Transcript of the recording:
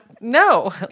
no